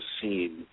scene